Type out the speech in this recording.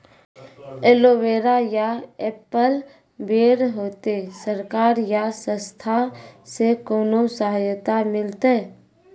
Aloe vera या apple बैर होते? सरकार या संस्था से कोनो सहायता मिलते?